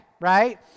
right